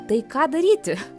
tai ką daryti